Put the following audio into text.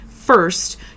First